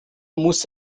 muss